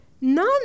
none